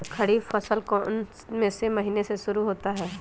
खरीफ फसल कौन में से महीने से शुरू होता है?